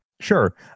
Sure